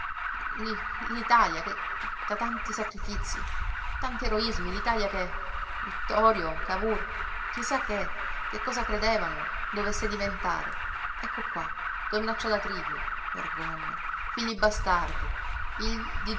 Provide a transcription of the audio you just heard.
l'italia che ta-tanti sacrifizii tanti eroismi l'italia che vittorio cavour chi sa che che cosa credevano dovesse diventare ecco qua donnaccia da trivio vergogna figli bastardi il